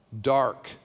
Dark